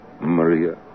Maria